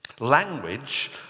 Language